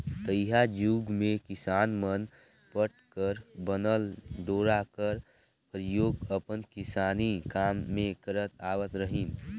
तइहा जुग मे किसान मन पट कर बनल डोरा कर परियोग अपन किसानी काम मे करत आवत रहिन